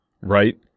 right